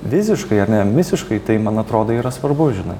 viziškai ar ne misiškai tai man atrodo yra svarbu žinai